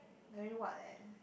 very what leh